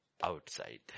outside